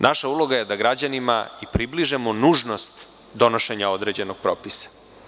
Naša uloga je i da građanima približimo nužnost donošenja određenog propisa.